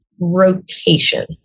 rotation